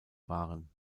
waren